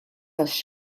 tax